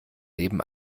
leben